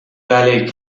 ballet